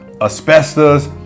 asbestos